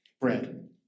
Bread